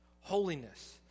holiness